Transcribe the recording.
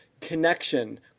connection